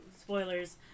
spoilers